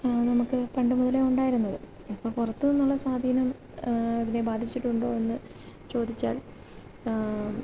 നമുക്ക് പണ്ട് മുതലേ ഉണ്ടായിരുന്നത് ഇപ്പോള് പുറത്തുനിന്നുള്ള സ്വാധീനം അതിനെ ബാധിച്ചിട്ടുണ്ടോ എന്ന് ചോദിച്ചാൽ